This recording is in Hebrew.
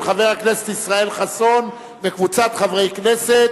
של חבר הכנסת ישראל חסון וקבוצת חברי כנסת.